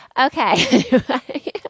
okay